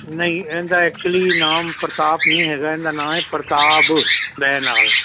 ਨਹੀਂ ਇਹਦਾ ਐਕਚੁਲੀ ਨਾਮ ਪ੍ਰਤਾਪ ਨਹੀਂ ਹੈਗਾ ਇਹਦਾ ਨਾਂ ਹੈ ਪ੍ਰਤਾਵ ਵੈ ਨਾਲ